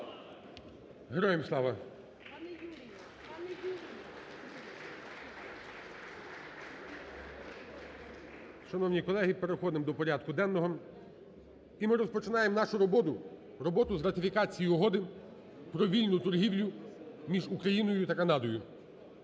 Героям слава! (Оплески) Шановні колеги, переходимо до порядку денного і ми розпочинаємо нашу роботу, роботу з ратифікації Угоди про вільну торгівлю між Україною та Канадою.